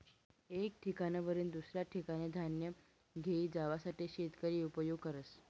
एक ठिकाणवरीन दुसऱ्या ठिकाने धान्य घेई जावासाठे शेतकरी उपयोग करस